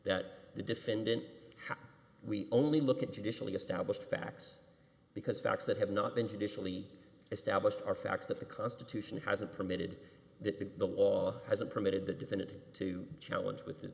that the defendant we only look at judicially established facts because facts that have not been traditionally established are facts that the constitution hasn't permitted that the law hasn't permitted the defendant to challenge with i